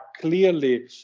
clearly